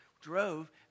drove